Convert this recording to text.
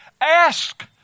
Ask